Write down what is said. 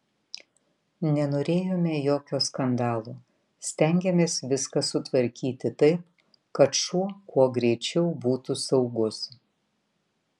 nenorėjome jokio skandalo stengėmės viską sutvarkyti taip kad šuo kuo greičiau būtų saugus